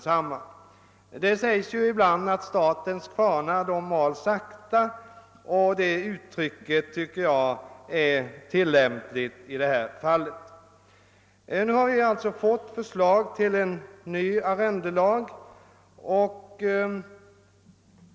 Det sägs ibland att statens kvarnar mal sakta. Det uttrycket tycker jag är tilllämpligt i detta fall. Nu har vi alitså fått förslag till en ny arrendelag.